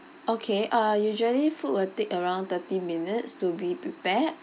okay uh usually food will take around thirty minutes to be prepared